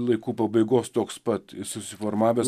laikų pabaigos toks pat susiformavęs